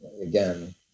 again